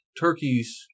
turkey's